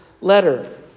letter